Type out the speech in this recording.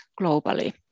globally